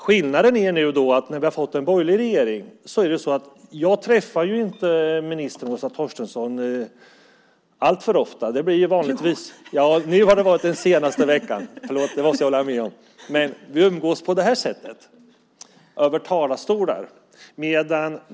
Skillnaden nu är att eftersom vi fått en borgerlig regering träffar jag inte ministern, Åsa Torstensson, alltför ofta. Nu har vi visserligen träffats den senaste veckan, men annars umgås vi via talarstolen.